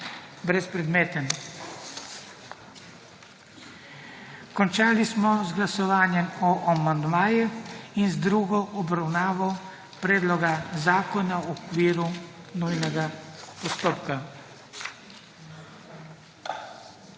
brezpredmeten. Končali smo z glasovanjem o amandmajih in z drugo obravnavo predloga zakona v okviru nujnega postopka.